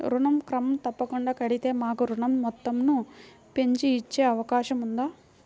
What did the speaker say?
ఋణం క్రమం తప్పకుండా కడితే మాకు ఋణం మొత్తంను పెంచి ఇచ్చే అవకాశం ఉందా?